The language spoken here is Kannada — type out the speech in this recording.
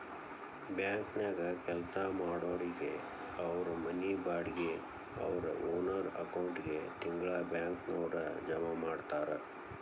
ಬ್ಯಾಂಕನ್ಯಾಗ್ ಕೆಲ್ಸಾ ಮಾಡೊರಿಗೆ ಅವ್ರ್ ಮನಿ ಬಾಡ್ಗಿ ಅವ್ರ್ ಓನರ್ ಅಕೌಂಟಿಗೆ ತಿಂಗ್ಳಾ ಬ್ಯಾಂಕ್ನವ್ರ ಜಮಾ ಮಾಡ್ತಾರ